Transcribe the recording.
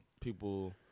people